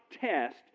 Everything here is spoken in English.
test